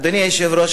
אדוני היושב-ראש,